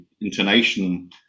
intonation